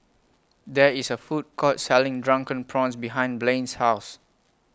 There IS A Food Court Selling Drunken Prawns behind Blane's House